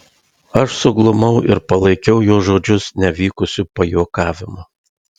aš suglumau ir palaikiau jo žodžius nevykusiu pajuokavimu